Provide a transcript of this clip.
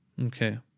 Okay